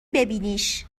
ببینیش